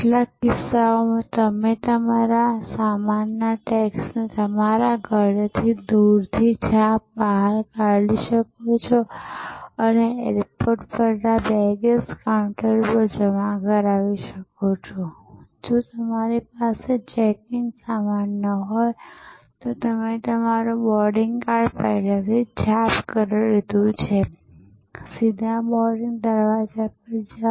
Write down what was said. કેટલાક કિસ્સાઓમાં તમે તમારા સામાનના ટૅગ્સને તમારા ઘરેથી દૂરથી છાપ બહાર કરી શકો છો અને એરપોર્ટ પરના બેગેજ કાઉન્ટર પર જમા કરાવી શકો છો અને જો તમારી પાસે ચેક ઇન સામાન ન હોય તો તમે તમારું બોર્ડિંગ કાર્ડ પહેલેથી જ છાપ કરી લીધું છે સીધા બોર્ડિંગ દરવાજા પર જાઓ